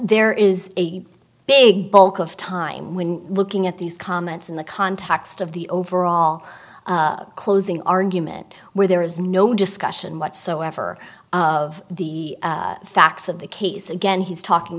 there is a big bulk of time when looking at these comments in the context of the overall closing argument where there is no discussion whatsoever of the facts of the case again he's talking